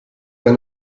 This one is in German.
eine